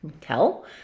tell